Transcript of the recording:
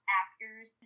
actors